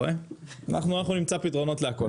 אנחנו נמצא פתרונות לכול.